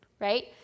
right